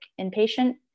inpatient